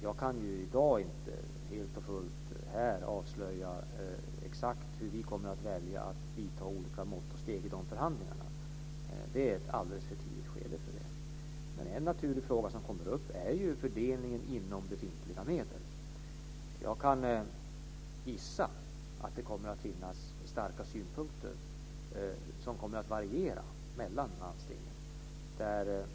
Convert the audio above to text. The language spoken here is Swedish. Jag kan i dag inte helt och fullt avslöja exakt hur vi kommer att välja att ta olika mått och steg i dessa förhandlingar. Det är ett alldeles för tidigt skede för det. En naturlig fråga som kommer upp är ju fördelningen av befintliga medel. Jag kan gissa att det kommer att finnas starka synpunkter som kommer att variera mellan landstingen.